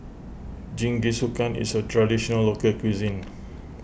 Jingisukan is a Traditional Local Cuisine